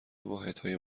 واحدهای